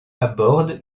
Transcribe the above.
aborde